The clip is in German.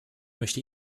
möchte